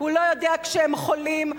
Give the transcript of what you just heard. הוא לא יודע כשהם חולים,